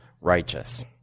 righteous